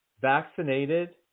vaccinated